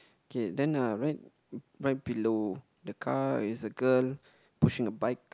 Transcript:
okay then uh right right below the car is a girl pushing a bike